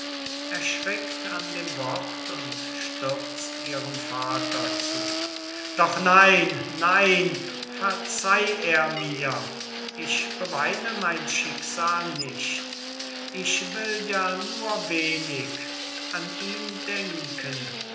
doch nein nein verzeih er mir ich beweine mein schicksal nicht ich will ja nur wenig an ihn denken das